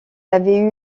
avaient